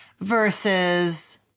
Versus